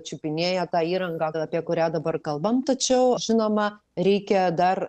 čiupinėję tą įrangą apie kurią dabar kalbam tačiau žinoma reikia dar